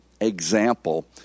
example